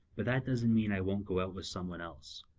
but that doesn't mean i won't go out with someone else.